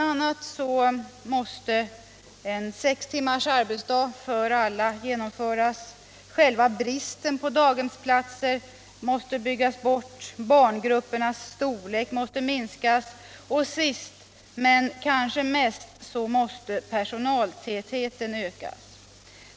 a. måste sex timmars arbetsdag för alla genomföras, själva bristen på daghemsplatser byggas bort, barngruppernas storlek minskas och sist men kanske mest personaltätheten ökas.